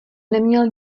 neměl